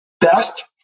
best